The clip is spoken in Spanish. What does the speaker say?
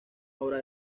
obra